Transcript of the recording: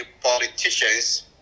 politicians